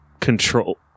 control